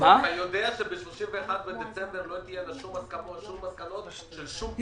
אתה יודע שב-31 בדצמבר לא תהיינה שום הסכמות ושום מסקנות של הצוות.